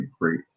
great